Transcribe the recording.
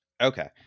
Okay